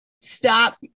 stop